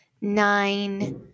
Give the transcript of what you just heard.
nine